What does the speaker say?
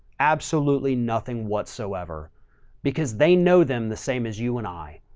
absolutely nothing whatsoever because they know them the same as you and i,